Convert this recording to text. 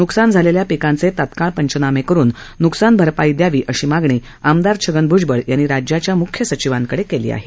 नुकसान झालेल्या पिकांचे तात्काळ पंचनामे करुन नुकसानभरपाई त्वरीत दयावी अशी मागणी आमदार छगन भूजबळ यांनी राज्याच्या मुख्य सचिवांकडे केली आहे